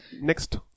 next